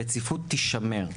הרציפות תישמר.